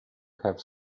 have